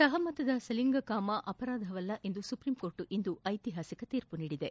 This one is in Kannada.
ಸಹಮತದ ಸಲಿಂಗ ಕಾಮ ಅಪರಾಧವಲ್ಲ ಎಂದು ಸುಪ್ರೀಂಕೋರ್ಟ್ ಇಂದು ಐತಿಹಾಸಿಕ ತೀರ್ಪು ನೀದಿದೆ